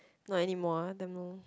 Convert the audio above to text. not anymore ah damn long